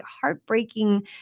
heartbreaking